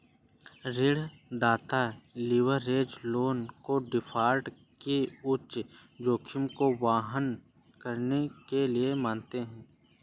ऋणदाता leverage loan को default के उच्च जोखिम को वहन करने के लिए मानते हैं